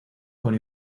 con